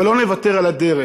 אבל לא נוותר על הדרך,